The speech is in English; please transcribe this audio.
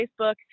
Facebook